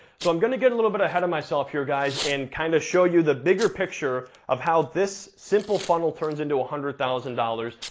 so i'm gonna get a little bit ahead of myself here, guys, and kind of show you the bigger picture of how this simple funnel turns into one hundred thousand dollars,